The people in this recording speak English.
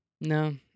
No